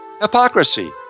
hypocrisy